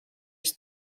است